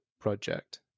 project